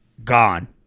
Gone